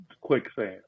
quicksand